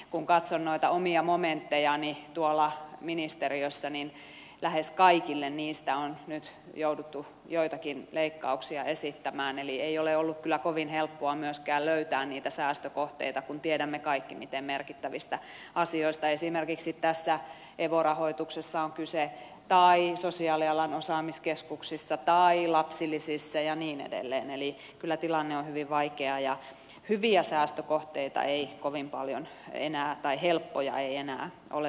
kun katson noita omia momenttejani tuolla ministeriössä niin lähes kaikille niistä on nyt jouduttu joitakin leikkauksia esittämään eli ei ole ollut kyllä kovin helppoa myöskään löytää niitä säästökohteita kun tiedämme kaikki miten merkittävistä asioista esimerkiksi tässä evo rahoituksessa on kyse tai sosiaalialan osaamiskeskuksissa tai lapsilisissä ja niin edelleen eli kyllä tilanne on hyvin vaikea ja helppoja säästökohteita ei kovin paljon enää ole olemassa